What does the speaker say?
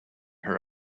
her